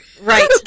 Right